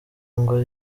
ngo